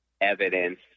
evidence